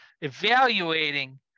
evaluating